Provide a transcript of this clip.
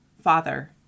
Father